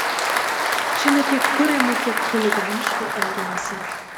čia ne tiek kuriama kiek chuliganiškai elgiamasi